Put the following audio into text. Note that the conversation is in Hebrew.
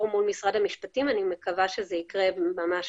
מול משרד המשפטים ואני מקווה שזה יקרה ממש